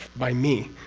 by me,